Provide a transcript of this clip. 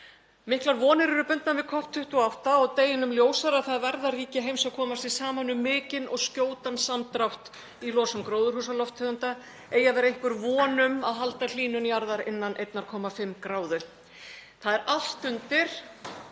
Miklar vonir eru bundnar við COP28 og deginum ljósara að þar verða ríki heims að koma sér saman um mikinn og skjótan samdrátt í losun gróðurhúsalofttegunda eigi að vera einhver von um að halda hlýnun jarðar innan 1,5°C. Það er allt undir.